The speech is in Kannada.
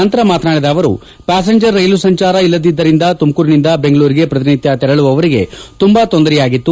ನಂತರ ಮಾತನಾಡಿದ ಅವರು ಪ್ಯಾಸೆಂಜರ್ ರೈಲು ಸಂಚಾರ ಇಲ್ಲದಿದ್ದರಿಂದ ತುಮಕೂರಿನಿಂದ ಬೆಂಗಳೂರಿಗೆ ಪ್ರತಿನಿತ್ಯ ತೆರಳುವವರಿಗೆ ತೊಂದರೆಯಾಗಿತ್ತು